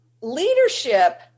leadership